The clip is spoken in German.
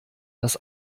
das